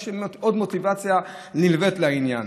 יש עוד מוטיבציה נלווית לעניין.